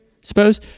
suppose